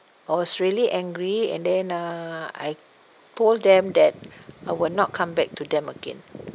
I was really angry and then uh I told them that I will not come back to them again